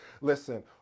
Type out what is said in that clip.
Listen